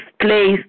place